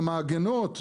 המעגנות,